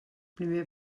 primer